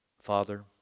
Father